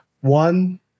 one